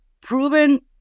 proven